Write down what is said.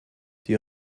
die